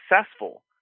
successful